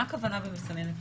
מה הכוונה ב"מסננת הפורמלית"?